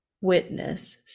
witness